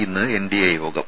ഇന്ന് എൻഡിഎ യോഗം